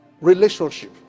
Relationship